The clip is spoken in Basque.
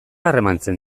harremantzen